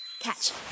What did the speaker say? Catch